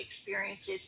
experiences